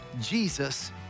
Jesus